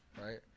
right